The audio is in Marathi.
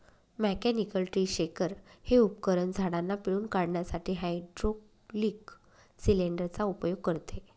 मेकॅनिकल ट्री शेकर हे उपकरण झाडांना पिळून काढण्यासाठी हायड्रोलिक सिलेंडर चा उपयोग करते